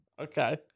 okay